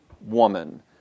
woman